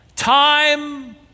Time